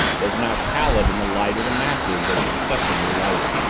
was now pallid in the light of the matches they successively lighted.